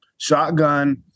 Shotgun